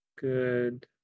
good